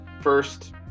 first